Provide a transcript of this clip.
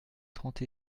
trente